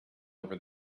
over